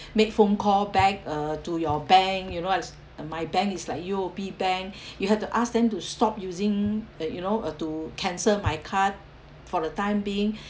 make phone call back uh to your bank you know as uh my bank is like U_O_B bank you have to ask them to stop using uh you know uh to cancel my card for the time being